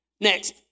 next